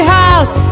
house